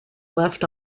left